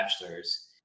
bachelor's